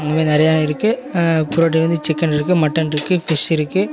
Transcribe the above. இந்த மாதிரி நிறைய இருக்குது ப்ரோட்டீனு வந்து சிக்கனில் இருக்குது மட்டன் இருக்குது ஃபிஷ் இருக்குது